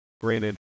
Granted